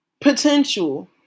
Potential